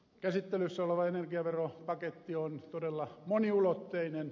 käsittelyssä oleva energiaveropaketti on todella moniulotteinen